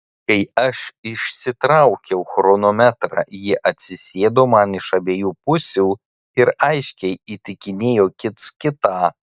kai aš išsitraukiau chronometrą jie atsisėdo man iš abiejų pusių ir aiškiai įtikinėjo kits kitą